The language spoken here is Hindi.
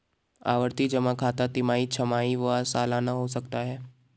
आवर्ती जमा खाता तिमाही, छमाही व सलाना हो सकता है